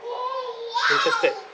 interested